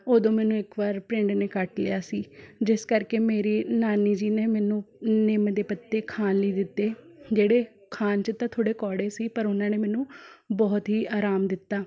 ਉਦੋਂ ਮੈਨੂੰ ਇੱਕ ਵਾਰ ਭਰਿੰਡ ਨੇ ਕੱਟ ਲਿਆ ਸੀ ਜਿਸ ਕਰਕੇ ਮੇਰੇ ਨਾਨੀ ਜੀ ਨੇ ਮੈਨੂੰ ਨਿੰਮ ਦੇ ਪੱਤੇ ਖਾਣ ਲਈ ਦਿੱਤੇ ਜਿਹੜੇ ਖਾਣ 'ਚ ਤਾਂ ਥੋੜ੍ਹੇ ਕੌੜੇ ਸੀ ਪਰ ਉਹਨਾਂ ਨੇ ਮੈਨੂੰ ਬਹੁਤ ਹੀ ਆਰਾਮ ਦਿੱਤਾ